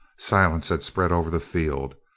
silence had spread over the field.